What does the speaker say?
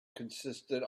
consisted